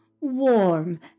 warm